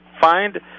find